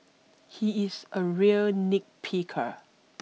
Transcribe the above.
he is a real nitpicker